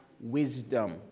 wisdom